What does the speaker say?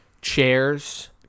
chairs